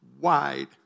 wide